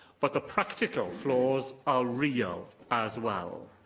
but the practical flaws are real as well.